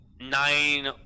nine